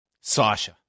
Sasha